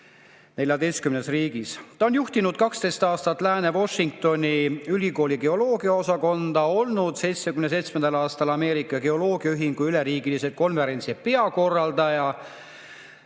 14 riigis. Ta on juhtinud 12 aastat Lääne-Washingtoni ülikooli geoloogiaosakonda, olnud 1977. aastal Ameerika geoloogiaühingu üleriigilise konverentsi peakorraldaja